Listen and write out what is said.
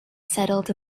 settled